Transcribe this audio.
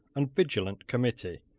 and vigilant committee,